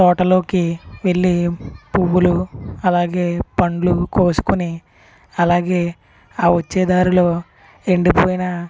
తోటలోకి వెళ్లి పువ్వులు అలాగే పండ్లు కోసుకొని అలాగే ఆ వచ్చే దారిలో ఎండిపోయిన